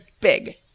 big